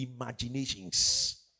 imaginations